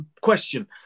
question